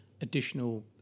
additional